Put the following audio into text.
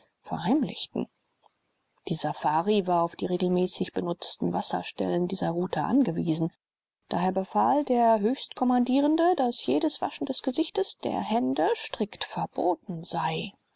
verheimlichten die safari war auf die regelmäßig benutzten wasserstellen dieser route angewiesen daher befahl der höchstkommandierende daß jedes waschen des gesichts der hände strikt verboten sei